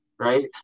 Right